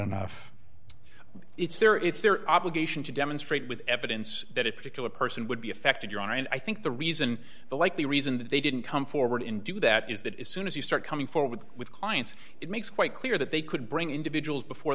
enough it's their it's their obligation to demonstrate with evidence that a particular person would be affected your honor and i think the reason the likely reason that they didn't come forward in do that is that it soon as you start coming forward with clients it makes quite clear that they could bring individuals before